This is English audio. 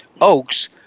Oaks